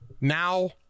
now